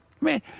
man